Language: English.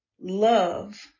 love